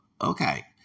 Okay